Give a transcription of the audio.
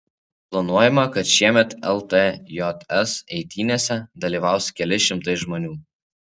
planuojama kad šiemet ltjs eitynėse dalyvaus keli šimtai žmonių